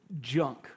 junk